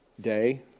day